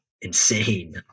insane